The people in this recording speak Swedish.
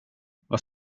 vad